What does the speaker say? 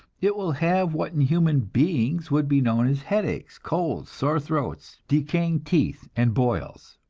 it will have what in human beings would be known as headaches, colds, sore throats, decaying teeth and boils.